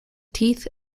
teeth